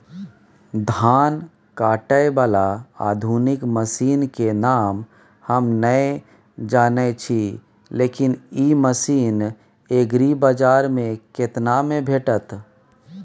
धान काटय बाला आधुनिक मसीन के नाम हम नय जानय छी, लेकिन इ मसीन एग्रीबाजार में केतना में भेटत?